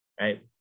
right